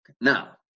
Now